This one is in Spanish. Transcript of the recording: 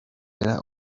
era